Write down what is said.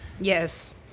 Yes